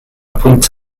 pwynt